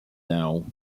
down